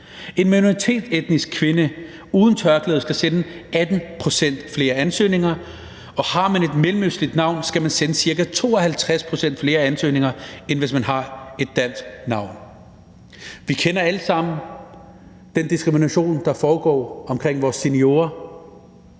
En minoritetsetnisk kvinde uden tørklæde skal sende 18 pct. flere ansøgninger, og har man et mellemøstligt navn, skal man sende ca. 52 pct. flere ansøgninger, end hvis man har et dansk navn. Vi kender alle sammen den diskrimination, der foregår omkring vores seniorer.